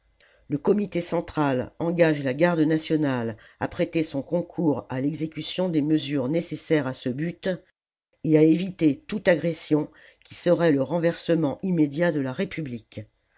le comité central engage la garde nationale à prêter son concours à l'exécution des mesures nécessaires à ce but et à éviter toute agression qui serait le renversement immédiate de la république